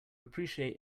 appreciate